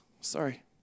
sorry